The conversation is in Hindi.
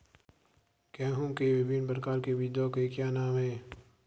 गेहूँ के विभिन्न प्रकार के बीजों के क्या नाम हैं?